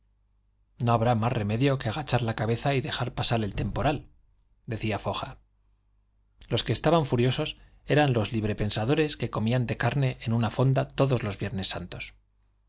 no habrá más remedio que agachar la cabeza y dejar pasar el temporal decía foja los que estaban furiosos eran los libre pensadores que comían de carne en una fonda todos los viernes santos